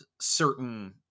certain